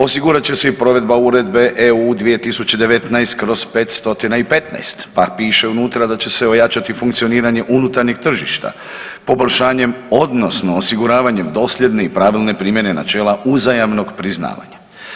Osigurat će se i provedba Uredbe EU 2019/515, pa pište unutra da će se ojačati funkcioniranje unutarnjeg tržišta, poboljšanjem, odnosno osiguravanjem dosljedne i pravilne primjene načela uzajamnog priznavanja.